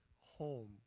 home